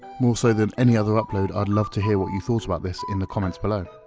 moreso than any other upload, i'd love to hear what you thought about this in the comments below.